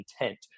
intent